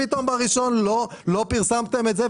פתאום ב-1 לחודש לא פרסמתם את זה,